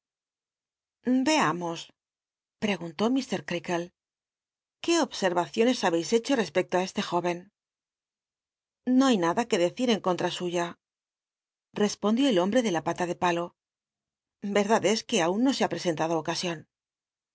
i'camos preguntó tll ctealdc r né obscr acioncs habcis hecho respecto ti este jóvcn no hay nada que deci r en con ttn suya respondió el hombre de la pata de palo verdad es que aun no se ha presentado